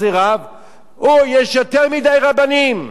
או, יש יותר מדי רבנים, איך אפשר?